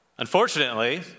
Unfortunately